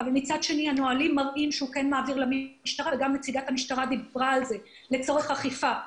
אבל הנהלים מראים שהוא כן מעביר למשטרה חומר לצורך אכיפה.